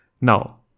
now